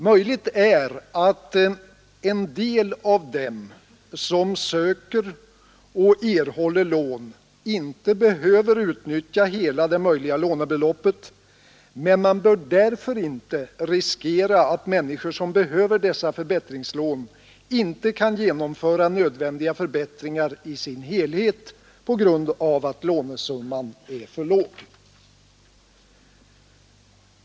Möjligt är att en del av dem som söker och erhåller lån inte behöver utnyttja hela det möjliga lånebeloppet, men man bör därför inte riskera att människor som behöver dessa förbättringslån inte kan genomföra nödvändiga förbättringar i sin helhet på grund av att lånesumman är för låg.